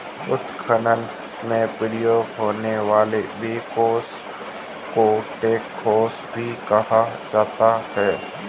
उत्खनन में उपयोग होने वाले बैकहो को ट्रैकहो भी कहा जाता है